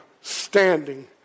standing